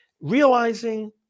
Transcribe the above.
realizing